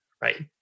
right